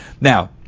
Now